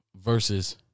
versus